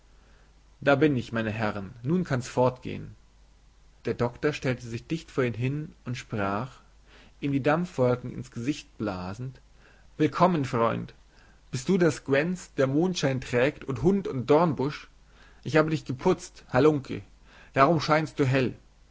da bin ich meine herren nun kann's fortgehen der doktor stellte sich dicht vor ihm hin und sprach ihm die dampfwolken ins gesicht blasend willkommen freund bist du der squenz der mondschein trägt und hund und dornbusch ich habe dich geputzt halunke darum scheinst du hell